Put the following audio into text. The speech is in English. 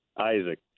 Isaac